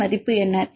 77 Y க்கு 2